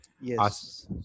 Yes